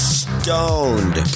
stoned